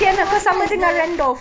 but he was not the